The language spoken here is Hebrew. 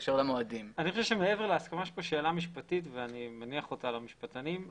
אני חושב שמעבר להסכמה יש כאן שאלה משפטית ואני מניח אותה למשפטנים.